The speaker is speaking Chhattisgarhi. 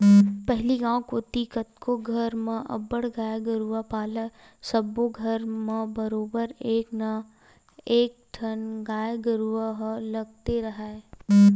पहिली गांव कोती कतको घर म अब्बड़ गाय गरूवा पालय सब्बो घर म बरोबर एक ना एकठन गाय गरुवा ह लगते राहय